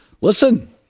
Listen